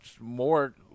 more